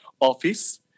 office